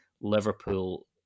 Liverpool